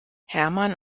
hermann